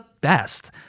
best